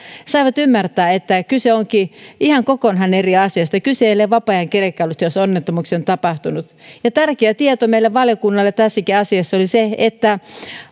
saivat ymmärtää että kyse onkin ihan kokonaan eri asiasta kyse ei ole vapaa ajan kelkkailusta jossa onnettomuuksia on tapahtunut tärkeä tieto meidän valiokunnallemme tässäkin asiassa oli se että